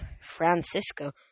Francisco